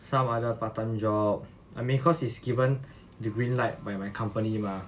some other part time job I mean cause it's given the green light by my company mah